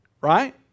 right